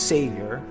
Savior